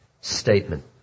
statement